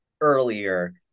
earlier